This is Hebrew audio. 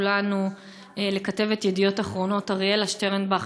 כולנו לכתבת "ידיעות אחרונות" אריאלה שטרנבך,